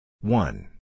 One